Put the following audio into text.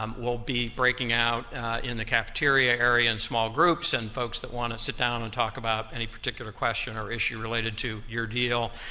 um we'll be breaking out in the cafeteria area, in small groups, and folks that want to sit down and talk about any particular question or issue related to your deal,